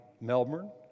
Melbourne